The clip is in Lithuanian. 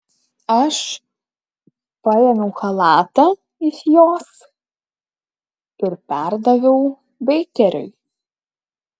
aš paėmiau chalatą iš jos ir perdaviau beikeriui